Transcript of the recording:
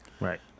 Right